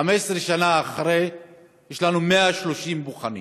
15 שנה אחרי יש לנו 130 בוחנים,